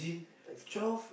like fuck